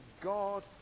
God